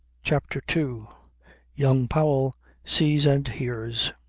chapter two young powell sees and hears